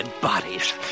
bodies